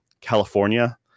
California